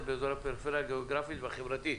באזורי הפריפריה הגיאוגרפית והחברתית.